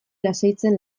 lasaitzen